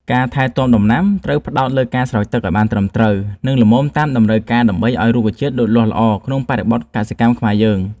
ការថែទាំដំណាំត្រូវផ្ដោតលើការស្រោចទឹកឱ្យបានត្រឹមត្រូវ និង ល្មមតាមតម្រូវការដើម្បីឱ្យរុក្ខជាតិលូតលាស់ល្អក្នុងបរិបទកសិកម្មខ្មែរយើង។